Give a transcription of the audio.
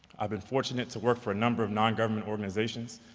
i've been fortunate to work for a number of non-government organizations,